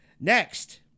Next